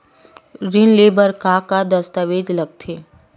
ऋण ले बर का का दस्तावेज लगथे?